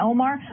Omar